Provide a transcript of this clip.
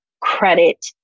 credit